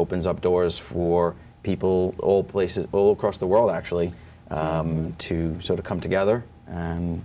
opens up doors for people all places all across the world actually to sort of come together and